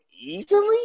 easily